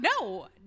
no